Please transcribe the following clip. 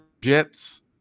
jets